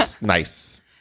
nice